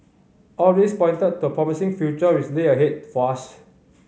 all this pointed to a promising future which lay ahead for us